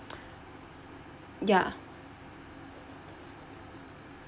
ya